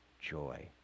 joy